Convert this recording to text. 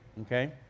Okay